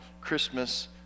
Christmas